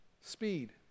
Speed